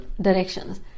directions